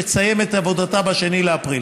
שתסיים את עבודתה ב-2 באפריל